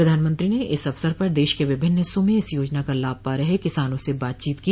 प्रधानमंत्री ने इस अवसर पर देश के विभिन्न हिस्सों में इस योजना का लाभ पा रहे किसानों से बातचीत की